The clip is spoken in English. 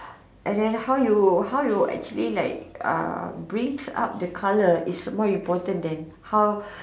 and then how you how you actually like uh brings out the colour is more important than how